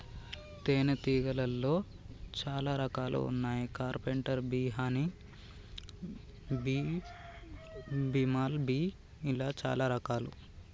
తేనే తీగలాల్లో చాలా రకాలు వున్నాయి carpenter bee honey bee, bumble bee ఇలా చాలా రకాలు